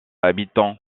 habitants